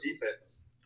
defense